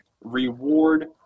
reward